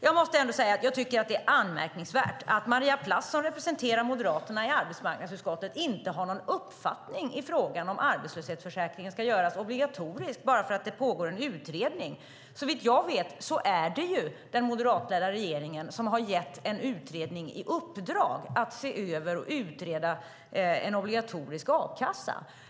Jag måste ändå säga att jag tycker att det är anmärkningsvärt att Maria Plass som representerar Moderaterna i arbetsmarknadsutskottet inte har någon uppfattning i frågan om arbetslöshetsförsäkringen ska göras obligatorisk bara för att det pågår en utredning. Såvitt jag vet är det ju den moderatledda regeringen som har gett en utredning i uppdrag att se över och utreda en obligatorisk a-kassa.